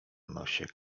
nosie